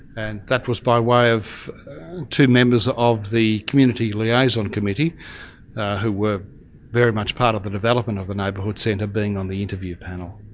and that was by way of two members ah of the community liaison committee who were very much part of the development of the neighbourhood centre being on the interview panel.